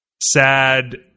sad